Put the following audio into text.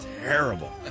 terrible